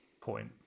point